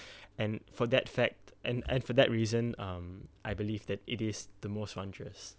and for that fact and and for that reason um I believe that it is the most wondrous